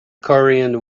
korean